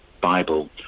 Bible